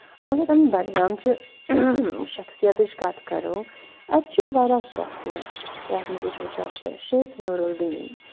اَگر یِم بڈگامچہِ شَخصیتٕچ کَتھ کرو اَتہِ چھُ واریاہ شخصیَت یَتھ منٛز أسۍ وٕچھان چھُ شیخ نوٗر الدیٖن